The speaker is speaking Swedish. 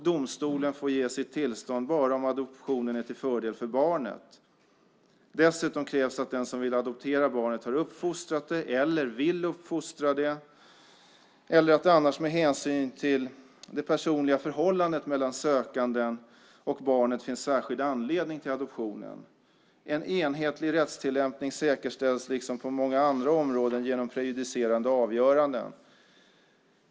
Domstolen får ge sitt tillstånd bara om adoptionen är till fördel för barnet. Dessutom krävs att den som vill adoptera barnet har uppfostrat det eller vill uppfostra det, eller att det annars med hänsyn till det personliga förhållandet mellan den sökande och barnet finns särskild anledning till adoptionen. En enhetlig rättstillämpning säkerställs liksom på många andra områden genom prejudicerande avgöranden.